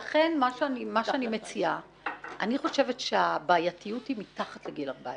אני חושבת שהבעייתיות היא מתחת לגיל 14